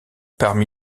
parmi